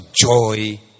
joy